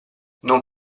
non